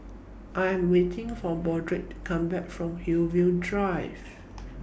I Am waiting For Broderick to Come Back from Hillview Drive